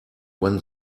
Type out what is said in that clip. when